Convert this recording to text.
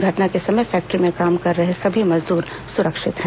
घटना के समय फैक्ट्री में काम कर रहे सभी मजदूर सुरक्षित हैं